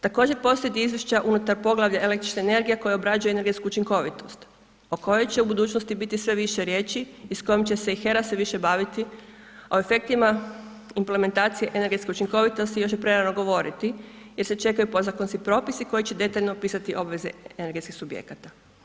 Također postoje izvješća unutar poglavlja električne energije koja obrađuje energetsku učinkovitost o kojoj će u budućnosti biti sve više riječi i s kojom će se i HERA sve više baviti, a o efektima implementacije energetske učinkovitosti još je prerano govoriti jer se čekaju podzakonski propisi koji će detaljno opisati obveze energetskih subjekata.